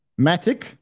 Matic